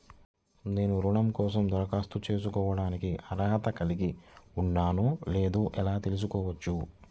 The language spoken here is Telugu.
నేను రుణం కోసం దరఖాస్తు చేసుకోవడానికి అర్హత కలిగి ఉన్నానో లేదో ఎలా తెలుసుకోవచ్చు?